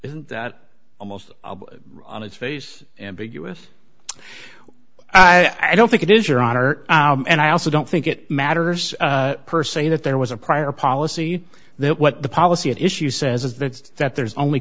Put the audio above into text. isn't that almost on its face ambiguous i don't think it is your honor and i also don't think it matters per se that there was a prior policy that what the policy at issue says is that that there's only